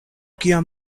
kiam